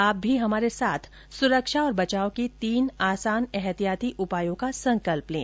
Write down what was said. आप भी हमारे साथ सुरक्षा और बचाव के तीन आसान एहतियाती उपायों का संकल्प लें